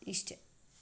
ಇಷ್ಟೆ